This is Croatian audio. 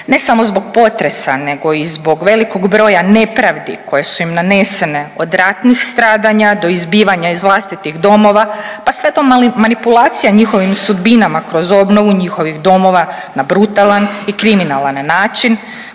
ne samo zbog potrese nego i zbog velikog broja nepravdi koje su im nanesene od ratnih stradanja do izbivanja iz vlastitih domova pa sve do manipulacija njihovim sredinama kroz obnovu njihovih domova na brutalan i kriminalan način